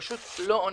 פשוט לא עונים.